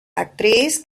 actriz